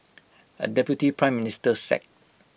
A deputy Prime Minister sacked